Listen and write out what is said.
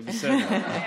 זה בסדר.